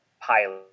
pilot